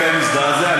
לא.